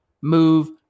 move